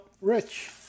Rich